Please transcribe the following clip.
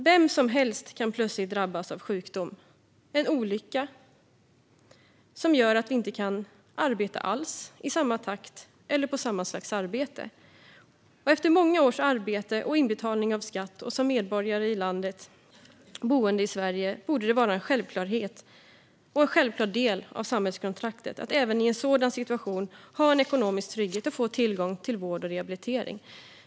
Vem som helst kan plötsligt drabbas av sjukdom eller en olycka som gör att man inte kan arbeta alls, i samma takt eller med samma slags arbetsuppgifter. Efter många års arbete och inbetalning av skatt och som medborgare i landet och boende i Sverige borde det vara en självklar del av samhällskontraktet att även i en sådan situation ha en ekonomisk trygghet och få tillgång till vård och rehabilitering.